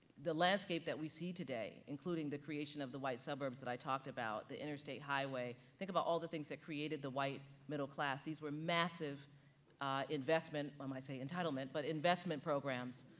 the landscape that we see today, including the creation of the white suburbs that i talked about, the interstate highway, think about all the things that created the white middle class. these were massive investment, um i might say entitlement, but investment programs,